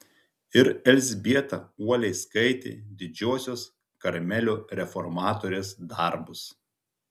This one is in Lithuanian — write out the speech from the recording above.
ir elzbieta uoliai skaitė didžiosios karmelio reformatorės darbus